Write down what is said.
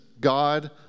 God